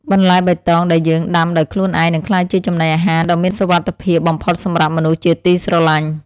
បន្លែបៃតងដែលយើងដាំដោយខ្លួនឯងនឹងក្លាយជាចំណីអាហារដ៏មានសុវត្ថិភាពបំផុតសម្រាប់មនុស្សជាទីស្រឡាញ់។